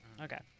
Okay